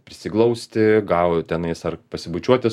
prisiglausti gavo tenais ar pasibučiuoti